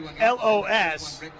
LOS